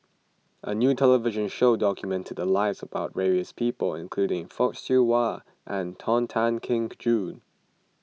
a new television show documented the lives of various people including Fock Siew Wah and Tony Tan Keng Joo